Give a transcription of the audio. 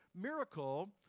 miracle